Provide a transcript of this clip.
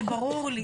זה ברור לי.